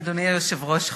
אדוני היושב-ראש,